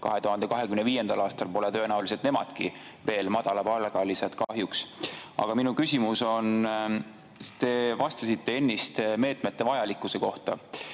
2025. aastal pole tõenäoliselt nemadki veel madalapalgalised, kahjuks. Aga minu küsimus on selline. Te vastasite ennist meetmete vajalikkuse kohta,